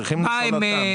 צריכים לשאול אותם.